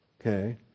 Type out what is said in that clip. Okay